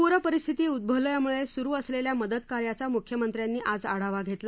पूरपरिस्थिती उद्ववल्यामुळे सुरु असलेल्या मदतकार्याचा मुख्यमंत्र्यांनी आज आढावा घेतला